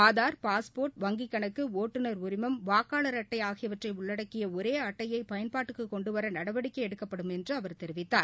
Aadhaar passport வங்கிக் கணக்கு ஓட்டுநர் உரிமம் வாக்காளர் அட்டை ஆகியவற்றை உள்ளடக்கிய ஒரே அட்டையை பயன்பாட்டுக்குக் கொண்டுவர நடவடிக்கை எடுக்கப்படும் என்று அவர் தெரிவித்தார்